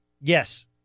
Yes